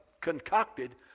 concocted